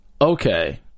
okay